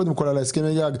אני שואל קודם על הסכם הגג,